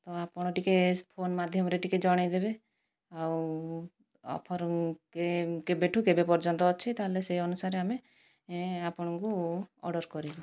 ତ ଆପଣ ଟିକିଏ ସେ ଫୋନ ମାଧ୍ୟମରେ ଟିକିଏ ଜଣେଇ ଦେବେ ଆଉ ଅଫର୍ କେବେଠାରୁ କେବେ ପର୍ଯ୍ୟନ୍ତ ଅଛି ତା'ହେଲେ ସେ ଅନୁସାରେ ଆମେ ଆପଣଙ୍କୁ ଅର୍ଡ଼ର କରିବୁ